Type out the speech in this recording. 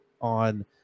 on